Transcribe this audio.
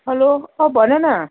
hello अँ भन न